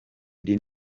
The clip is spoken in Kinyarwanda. iri